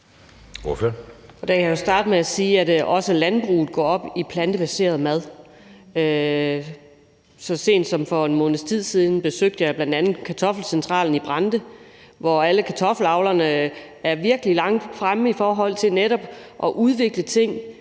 (V): Jeg vil starte med at sige, at også landbruget går op i plantebaseret mad. Så sent som for en måneds tid siden besøgte jeg bl.a. kartoffelcentralen i Brande, hvor alle kartoffelavlerne er virkelig langt fremme i forhold til netop at udvikle ting,